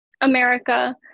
America